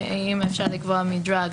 האם אפשר לקבוע מדרג,